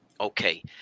Okay